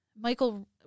Michael